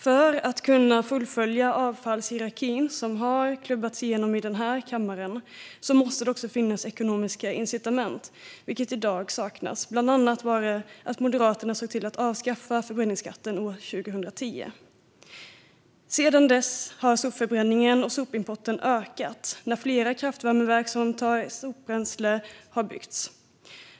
För att kunna fullfölja den avfallshierarki som har klubbats igenom i denna kammare måste det också finnas ekonomiska incitament, vilket i dag saknas, bland annat på grund av att Moderaterna såg till att avskaffa förbränningsskatten år 2010. Sedan dess har sopförbränningen och sopimporten ökat när fler kraftvärmeverk som tar hand om sopbränsle har byggts.